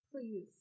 please